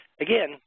again